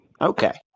Okay